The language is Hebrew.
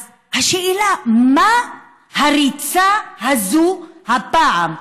אז השאלה היא מה הריצה הזאת הפעם?